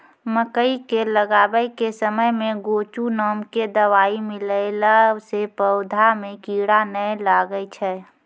मकई के लगाबै के समय मे गोचु नाम के दवाई मिलैला से पौधा मे कीड़ा नैय लागै छै?